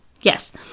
Yes